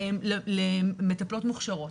למטפלות מוכשרות?